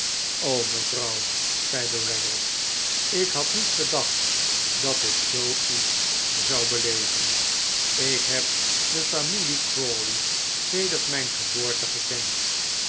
mevrouw zeide raggles ik had niet gedacht dat ik zoo iets zou beleven ik heb de familie crawley sedert mijn geboorte gekend